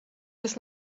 jest